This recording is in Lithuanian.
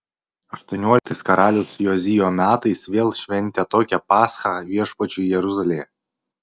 aštuonioliktais karaliaus jozijo metais vėl šventė tokią paschą viešpačiui jeruzalėje